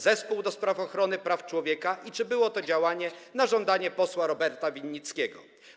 Zespół ds. Ochrony Praw Człowieka i czy było to działanie na żądanie posła Roberta Winnickiego.